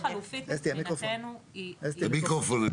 התוכנית החלופית מבחינתנו היא החריג.